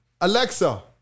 Alexa